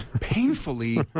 painfully